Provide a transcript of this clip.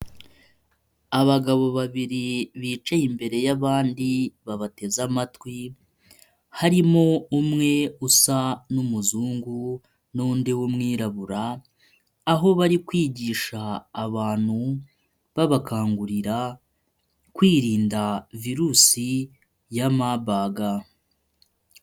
Abagabo babiri bicaye imbere y'abandi babateze amatwi harimo umwe usa n'umuzungu n'undi w'umwirabura aho bari kwigisha abantu babakangurira kwirinda virusi ya maburg.